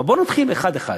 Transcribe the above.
אבל בואו נתחיל אחד-אחד.